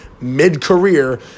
mid-career